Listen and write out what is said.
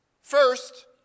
First